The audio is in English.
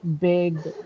big